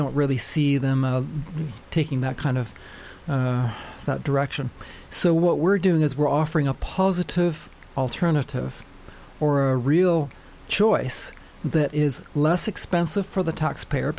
don't really see them taking that kind of that direction so what we're doing is we're offering a positive alternative or a real choice that is less expensive for the taxpayer